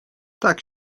tak